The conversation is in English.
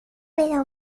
little